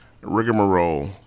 rigmarole